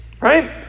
right